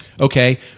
Okay